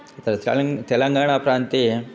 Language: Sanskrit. अत्र चालिङ्ग् तेलङ्गाणाप्रान्ते